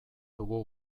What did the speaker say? dugu